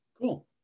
Cool